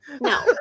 No